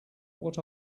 what